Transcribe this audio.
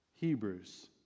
Hebrews